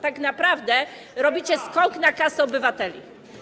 Tak naprawdę robicie skok na kasę obywateli.